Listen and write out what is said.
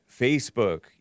Facebook